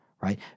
right